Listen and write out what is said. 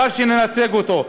בחר שנייצג אותו,